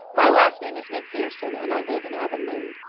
my last name is macpherson, and i live in avonlea.